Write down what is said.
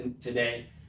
today